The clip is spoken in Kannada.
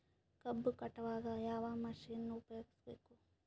ಕಬ್ಬು ಕಟಾವಗ ಯಾವ ಮಷಿನ್ ಉಪಯೋಗಿಸಬೇಕು?